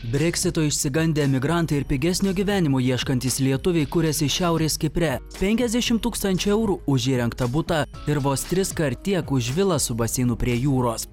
breksito išsigandę emigrantai ir pigesnio gyvenimo ieškantys lietuviai kuriasi šiaurės kipre penkiasdešimt tūkstančių eurų už įrengtą butą ir vos triskart tiek už vilą su baseinu prie jūros